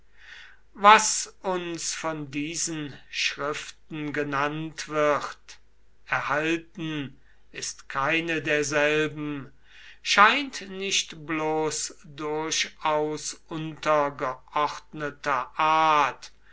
was uns von diesen schriften genannt wird erhalten ist keine derselben scheint nicht bloß durchaus untergeordneter art